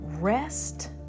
rest